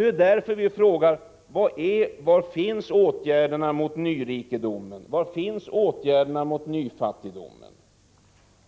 Det är därför vi frågar: Var finns åtgärderna mot nyrikedom? Var finns åtgärderna mot nyfattigdom?